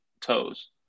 toes